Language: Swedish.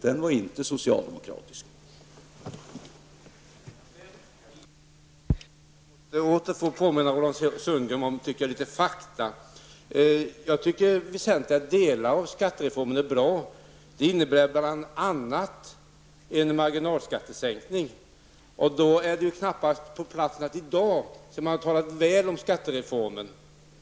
Det var inte en socialdemokratisk regering.